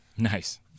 Nice